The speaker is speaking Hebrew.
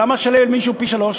למה לשלם למישהו פי-שלושה?